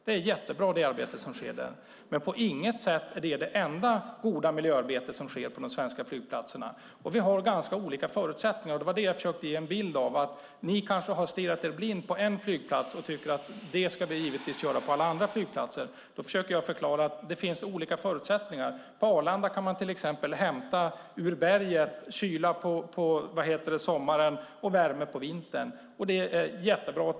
Det är dock på inget sätt det enda goda miljöarbete som sker på de svenska flygplatserna. Ni har kanske stirrat er blinda på en flygplats och tycker att man ska göra så på alla flygplatser. Men förutsättningarna är olika. På Arlanda kan man hämta kyla ur berget på sommaren och värme på vintern, vilket är bra.